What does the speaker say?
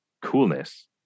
coolness